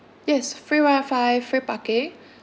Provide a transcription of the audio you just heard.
yes free wifi free parking